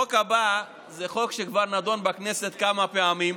החוק הבא זה חוק שכבר נדון בכנסת כמה פעמים,